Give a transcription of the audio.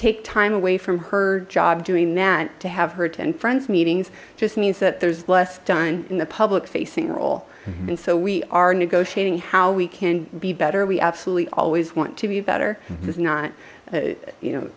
take time away from her job doing that to have her to in friends meetings just means that there's less done in the public facing role and so we are negotiating how we can be better we absolutely always want to be better is not a you know